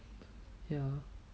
ya